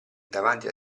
davanti